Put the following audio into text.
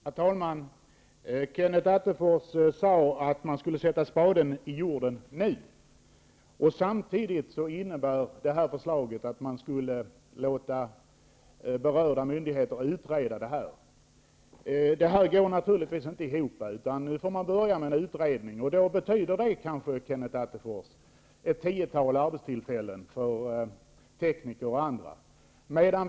Herr talman! Kenneth Attefors sade att man skulle sätta spaden i jorden nu. Samtidigt innebär detta förslag att man skall låta berörda myndigheter utreda detta. Detta går naturligtvis inte ihop, utan man måste börja med en utredning. Det betyder kanske, Kenneth Attefors, ett tiotal arbetstillfällen för tekniker och andra.